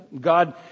God